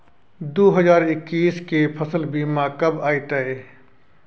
दु हजार एक्कीस के फसल बीमा कब अयतै?